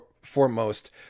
foremost